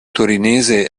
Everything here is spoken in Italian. torinese